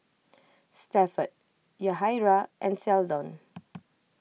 Stafford Yahaira and Seldon